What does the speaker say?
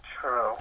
True